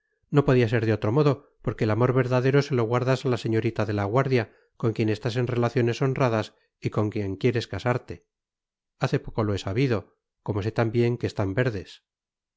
no podía ser de otro modo porque el amor verdadero se lo guardas a la señorita de la guardia con quien estás en relaciones honradas y con quien quieres casarte hace poco lo he sabido como sé también que están verdes